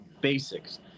basics